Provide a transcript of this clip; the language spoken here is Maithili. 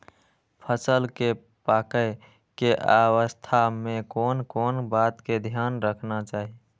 फसल के पाकैय के अवस्था में कोन कोन बात के ध्यान रखना चाही?